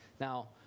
Now